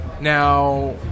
Now